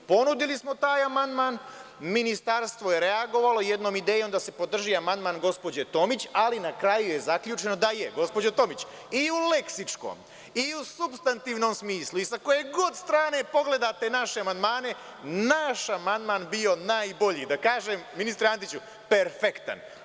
Ponudili smo taj amandman, ministarstvo je reagovalo jednom idejom da se podrži amandman gospođe Tomić, ali na kraju je zaključeno da je, gospođo Tomić, i u leksičkom, i u substantivnom smislu i sa koje god strane pogledate naše amandmane, naš amandman bio najbolji, da kažem, ministre Antiću, perfektan.